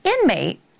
inmate